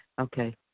Okay